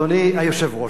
אדוני היושב-ראש,